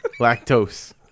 lactose